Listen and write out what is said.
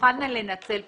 תוכלנה לנצל פחות.